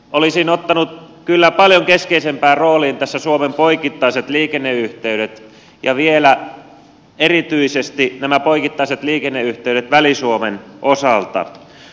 olisin ottanut kyllä paljon keskeisempään rooliin tässä suomen poikittaiset liikenneyhteydet ja vielä erityisesti nämä poikittaiset liikenneyhteydet väli suomen osalta